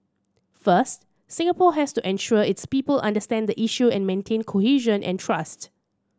first Singapore has to ensure its people understand the issue and maintain cohesion and trust